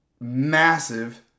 Massive